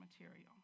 material